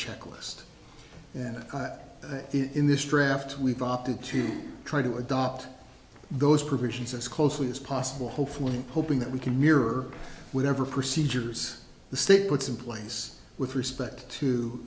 checklist and in this draft we've opted to try to adopt those provisions as closely as possible hopefully hoping that we can mirror whatever procedures the state puts in place with respect to